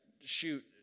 shoot